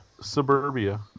Suburbia